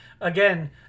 again